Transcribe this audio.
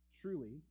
Truly